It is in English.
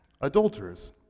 Adulterers